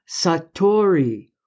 satori